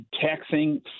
taxing